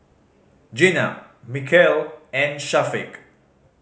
Jenab Mikhail and Syafiq